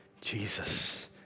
Jesus